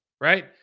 Right